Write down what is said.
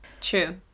True